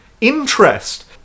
interest